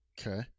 Okay